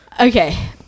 Okay